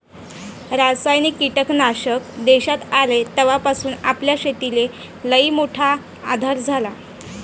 रासायनिक कीटकनाशक देशात आले तवापासून आपल्या शेतीले लईमोठा आधार झाला